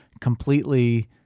completely